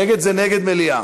נגד זה נגד מליאה.